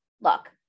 look